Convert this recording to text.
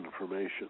information